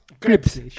Crips